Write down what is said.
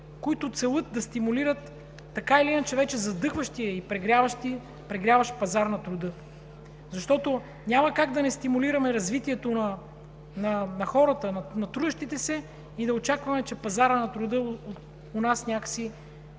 които целят да стимулират така или иначе вече задъхващия се и прегряващ пазар на труда, защото няма как да не стимулираме развитието на хората, на трудещите се и да очакваме, че пазарът на труда у нас някак си